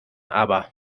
aber